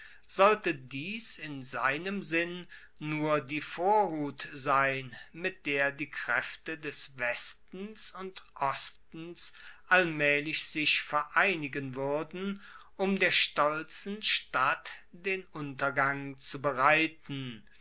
sollte dies in seinem sinn nur die vorhut sein mit der die kraefte des westens und ostens allmaehlich sich vereinigen wuerden um der stolzen stadt den untergang